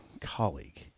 colleague